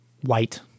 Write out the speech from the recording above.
White